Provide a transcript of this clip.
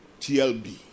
TLB